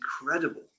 incredible